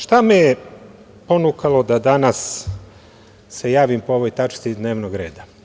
Šta me je ponukalo da danas se javnim po ovoj tački dnevnog reda?